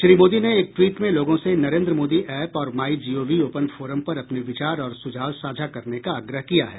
श्री मोदी ने एक ट्वीट में लोगों से नरेन्द्र मोदी ऐप और my G O V open forum पर अपने विचार और सुझाव साझा करने का आग्रह किया है